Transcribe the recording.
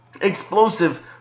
Explosive